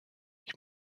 ich